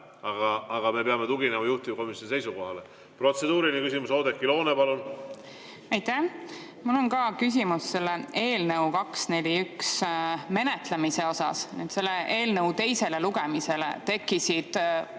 aga me peame tuginema juhtivkomisjoni seisukohale. Protseduuriline küsimus, Oudekki Loone, palun! Aitäh! Mul on ka küsimus eelnõu 241 menetlemise kohta. Selle eelnõu teise lugemise teksti